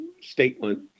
statement